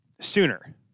sooner